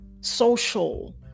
social